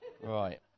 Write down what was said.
Right